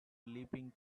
leaping